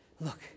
look